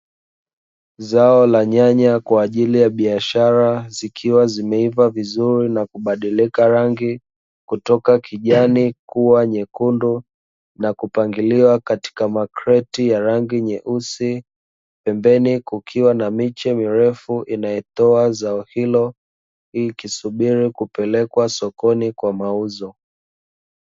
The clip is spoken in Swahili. Zao la nyanya kwa ajili ya biashara zikiwa zimeiva vizuri na kubadilika rangi kutoka kijani kuwa nyekundu na kupangiliwa katika macreti ya rangi nyeusi, pembeni kukiwa na miche mirefu inayotoa zao hilo hii ikisubiri kupelekwa sokoni kwa mauzo